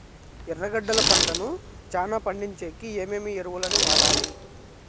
ఎర్రగడ్డలు పంటను చానా పండించేకి ఏమేమి ఎరువులని వాడాలి?